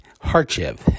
hardship